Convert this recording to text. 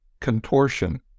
contortion